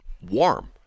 warm